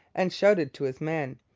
and shouted to his men.